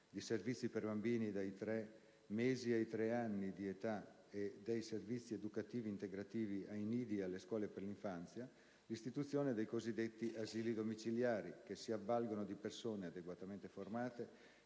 di servizi per bambini dai 3 mesi ai 3 anni di età e dei servizi educativi integrativi ai nidi e alle scuole per l'infanzia, l'istituzione dei cosiddetti asili domiciliari, che si avvalgono di persone adeguatamente formate